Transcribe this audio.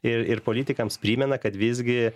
ir politikams primena kad visgi